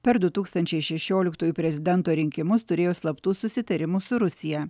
per du tūkstančiai šešioliktųjų prezidento rinkimus turėjo slaptų susitarimų su rusija